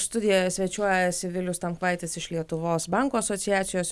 studijoje svečiuojasi vilius tamkvaitis iš lietuvos bankų asociacijos